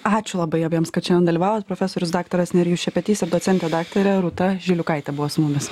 ačiū labai abiems kad šiandien dalyvavot profesorius daktaras nerijus šepetys ir docentė daktarė rūta žiliukaitė buvo su mumis